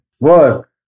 work